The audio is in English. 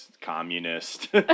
communist